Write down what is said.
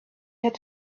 had